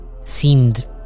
seemed